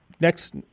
Next